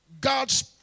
God's